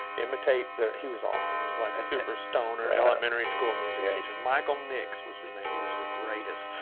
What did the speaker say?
imitate the he was awesome. he was like super stoner, elementary school music teacher. michael nix was his name. he was the greatest.